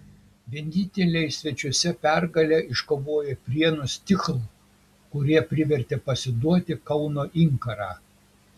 vieninteliai svečiuose pergalę iškovojo prienų stihl kurie privertė pasiduoti kauno inkarą